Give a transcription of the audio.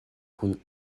kun